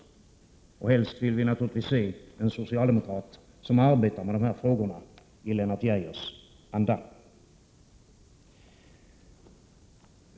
Helst vill vi naturligtvis se en socialdemokrat som arbetar med dessa frågor i Lennart Geijers anda.